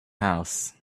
house